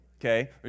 Okay